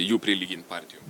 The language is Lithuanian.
jų prilygint partijom